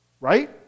Right